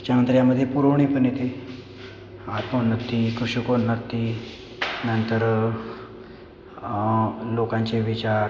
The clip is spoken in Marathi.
त्याच्यानंतर ह्यामध्ये पुरवणी पण येते आत्मोन्नती कशकोन्नती नंतर लोकांचे विचार